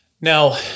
Now